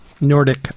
Nordic